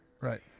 right